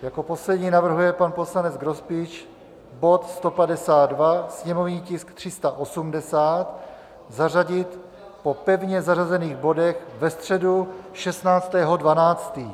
Jako poslední navrhuje pan poslanec Grospič bod 152, sněmovní tisk 380, zařadit po pevně zařazených bodech ve středu 16. 12.